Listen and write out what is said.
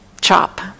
chop